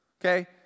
Okay